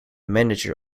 manager